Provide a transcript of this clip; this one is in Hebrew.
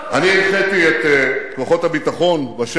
אני הנחיתי את כוחות הביטחון בשטח